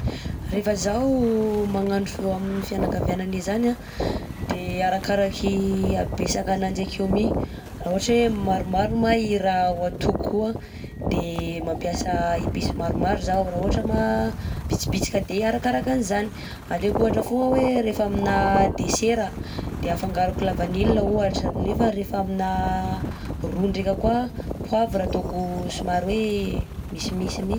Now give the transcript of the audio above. Rehefa zaho magnandro amin'ny fianakaviananeh zany a de arakaraky habetsakananjy akeo mi raha ohatra hoe maromaro ma i raha ho atokoko io an de mampiasa épices maromaro zaho, raha ohatra ma bitibitika de arakaraka an'izany. Aleko ohatra fogna hoe rehefa amina dessert de afangaroko la vanille ohatra nefa rehefa amina ro ndreka koà an poavra ataoko somary hoe misimisy mi.